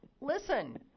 listen